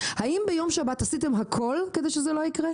האם ביום שבת עשיתם הכול כדי שזה לא יקרה?